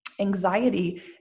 anxiety